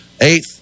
eighth